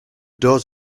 doors